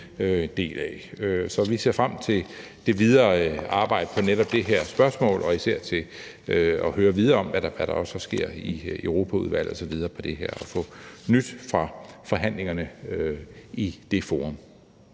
del af. Vi ser frem til det videre arbejde om netop det her spørgsmål og især til at høre mere om, hvad der sker i Europaudvalget osv. på det her område, og høre nyt fra forhandlingerne i det forum.